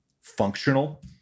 functional